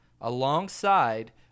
alongside